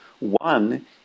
One